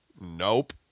Nope